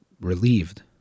relieved